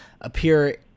appear